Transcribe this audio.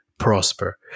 prosper